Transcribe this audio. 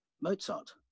Mozart